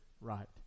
right